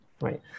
right